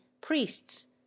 priests